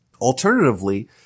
Alternatively